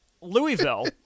Louisville